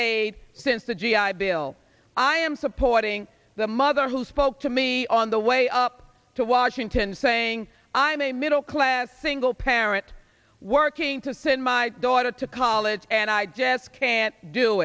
aid since the g i bill i am supporting the mother who spoke to me on the way up to washington saying i'm a middle class single parent working to send my daughter to college and i jest can't do